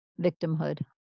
victimhood